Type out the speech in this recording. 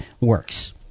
works